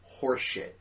horseshit